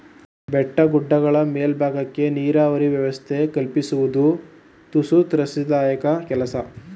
ಬೆಟ್ಟ ಗುಡ್ಡಗಳ ಮೇಲ್ಬಾಗಕ್ಕೆ ನೀರಾವರಿ ವ್ಯವಸ್ಥೆ ಕಲ್ಪಿಸುವುದು ತುಸು ತ್ರಾಸದಾಯಕ ಕೆಲಸ